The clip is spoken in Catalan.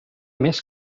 més